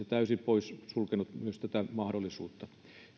täysin poissulkenut tätäkään mahdollisuutta